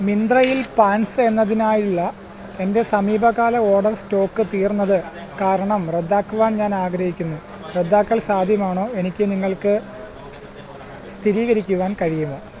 മിന്ത്രയിൽ പാൻസ് എന്നതിനായുള്ള എൻ്റെ സമീപകാല ഓർഡർ സ്റ്റോക്ക് തീർന്നത് കാരണം റദ്ദാക്കുവാൻ ഞാൻ ആഗ്രഹിക്കുന്നു റദ്ദാക്കൽ സാധ്യമാണോ എനിക്ക് നിങ്ങൾക്ക് സ്ഥിരീകരിക്കുവാൻ കഴിയുമോ